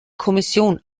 kommission